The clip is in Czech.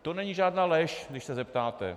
To není žádná lež, když se zeptáte.